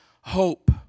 hope